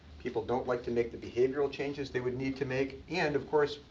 people don't like to make the behavioral changes they would need to make. and of course,